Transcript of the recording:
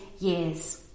years